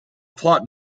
plot